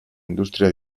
industria